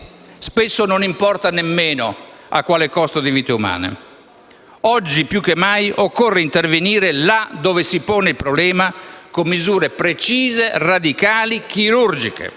spesso non importa nemmeno a quale costo di vite umane. Oggi più che mai occorre intervenire là dove si pone il problema con misure precise, radicali e chirurgiche.